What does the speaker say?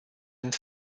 and